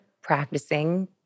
practicing